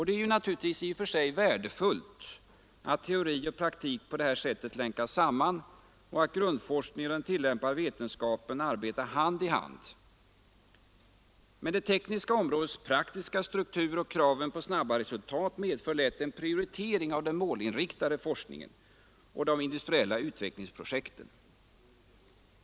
Det är i och för sig värdefullt att teori och praktik på detta sätt länkas samman och att grundforskningen och den tillämpade vetenskapen arbetar hand i hand, men det tekniska områdets praktiska struktur och kraven på snabba resultat medför lätt en prioritering av den målinriktade forskningen och de industriella utvecklingsprojekten.